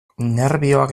nerbioak